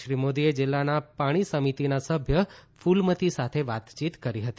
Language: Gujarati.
શ્રી મોદીએ જિલ્લાના પાણી સમિતિના સભ્ય કૂલમતી સાથે વાતયીત કરી હતી